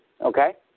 Okay